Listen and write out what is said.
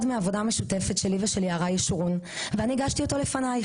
מעבודה משותפת שלי ושל יערה ישורון ואני הגשתי אותך לפנייך.